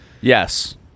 Yes